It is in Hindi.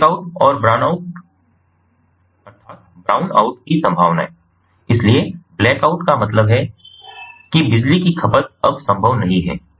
ब्लैकआउट और ब्राउनआउट की संभावनाएं इसलिए ब्लैक आउट का मतलब है कि आप जानते हैं कि बिजली की खपत अब संभव नहीं है